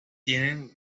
tienen